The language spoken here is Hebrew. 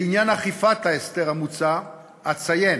לעניין אכיפת ההסדר המוצע, אציין